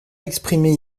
exprimée